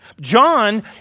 john